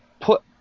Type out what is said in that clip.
put